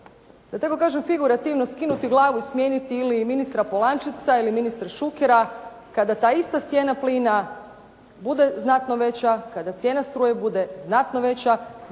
da tako kažem figurativno, skinuti glavu, smijeniti ili ministar Polančeca ili ministra Šukera kada ta ista cijena plina bude znatno veća, kada cijena struje bude znatno veća